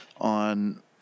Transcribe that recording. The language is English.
on –